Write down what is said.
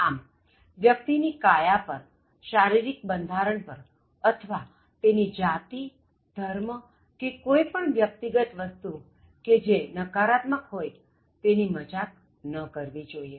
આમવ્યક્તિ ની કાયા પર શારિરીક બંધારણ પર અથવા તેની જાતિધર્મ કે કોઇ પણ વ્યક્તિગત વસ્તુ જે નકારાત્મક હોય તેની મજાક ન કરવી જોઇએ